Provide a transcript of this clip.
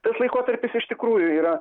tas laikotarpis iš tikrųjų yra